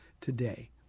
today